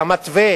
והמתווה